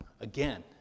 again